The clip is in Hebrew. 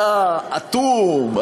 אתה אטום,